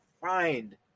find